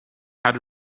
had